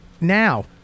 now